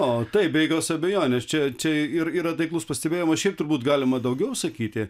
o tai be jokios abejonės čia čia ir yra taiklus pastebėjimas šiaip turbūt galima daugiau sakyti